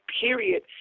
period